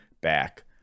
back